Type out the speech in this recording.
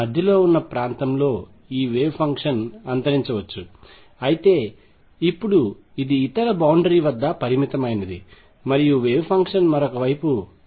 మధ్యలో ఉన్న ప్రాంతంలో ఈ వేవ్ ఫంక్షన్ అంతరించవచ్చు అయితే ఇప్పుడు ఇది ఇతర బౌండరీ వద్ద పరిమితమైనది మరియు వేవ్ ఫంక్షన్ మరొక వైపు నిరంతరంగా ఉండాలి